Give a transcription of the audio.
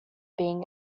being